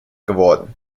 geworden